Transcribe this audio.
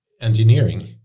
Engineering